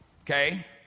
Okay